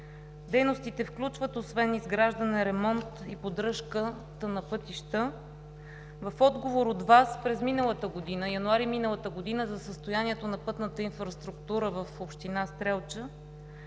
Дейностите включват освен изграждане, ремонт и поддръжката на пътища. В отговор от Вас през месец януари миналата година за състоянието на пътната инфраструктура в община Стрелча